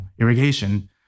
irrigation